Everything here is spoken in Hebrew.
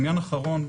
עניין אחרון,